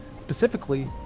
specifically